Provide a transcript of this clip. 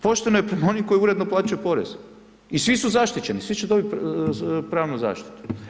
Pošteno je prema onima koji uredno plaćaju porez i svi su zaštićeni, svi će dobiti pravnu zaštitu.